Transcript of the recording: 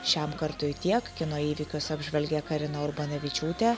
šiam kartui tiek kino įvykius apžvelgė karina urbanavičiūtė